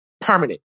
Permanent